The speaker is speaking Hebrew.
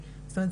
זאת אומרת,